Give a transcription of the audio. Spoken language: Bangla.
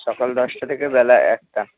সকাল দশটা থেকে বেলা একটা